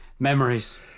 Memories